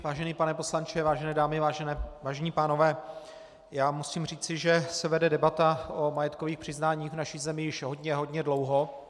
Vážený pane poslanče, vážené dámy, vážení pánové, já musím říci, že se vede debata o majetkových přiznáních v naší zemi již hodně hodně dlouho.